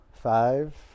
Five